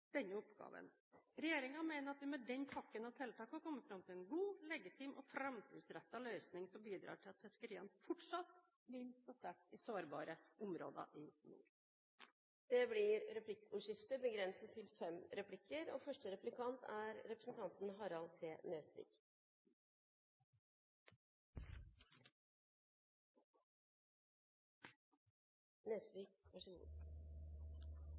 denne oppgaven. Regjeringen mener at vi med denne pakken av tiltak har kommet fram til en god, legitim og framtidsrettet løsning som bidrar til at fiskeriene fortsatt vil stå sterkt i sårbare områder i nord. Det blir replikkordskifte. Jeg vil stille sjømatministeren spørsmål knyttet til